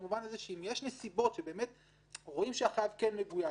במובן הזה שאם יש נסיבות שרואים שהחייב מגויס,